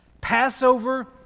Passover